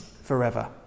forever